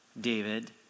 David